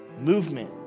movement